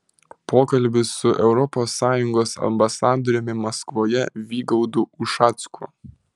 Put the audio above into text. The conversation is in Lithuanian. pokalbis su europos sąjungos ambasadoriumi maskvoje vygaudu ušacku